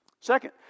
Second